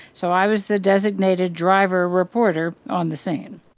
so i was the designated driver reporter on the scene